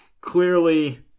Clearly